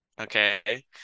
Okay